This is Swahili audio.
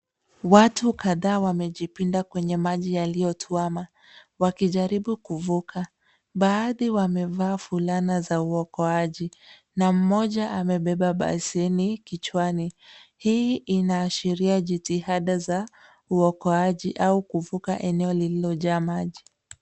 Watuu kadhaa wamejipinda kwenye maji yaliyotwama wakijaribu kuvuka . Baadhi wamevaa fulana za uokoaji na mmoja amebeba besheni kichwani . Hii inaashiria jitihadi za uokoaji au kuvuka eneo lililojaa maji.